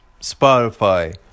Spotify